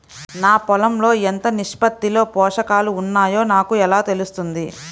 నా పొలం లో ఎంత నిష్పత్తిలో పోషకాలు వున్నాయో నాకు ఎలా తెలుస్తుంది?